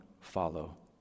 follow